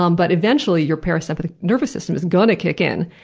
um but eventually, your peracetic nervous system is going to kick in,